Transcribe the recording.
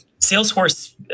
Salesforce